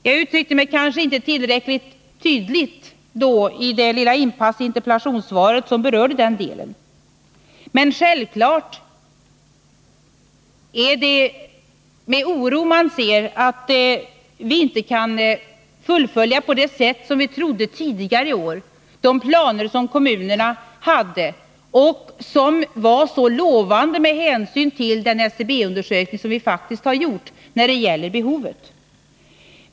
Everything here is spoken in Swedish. Jag uttryckte mig kanske inte tillräckligt tydligt i det lilla inpass i interpellationssvaret som berörde denna del, men självklart ser jag med oro på att vi inte kan fullfölja de planer som kommunerna hade på det sätt som vi tidigare i år trodde. Dessa planer var lovande med hänsyn till den SCB-undersökning som har gjorts när det gäller behovet.